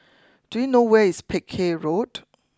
do you know where is Peck Hay Road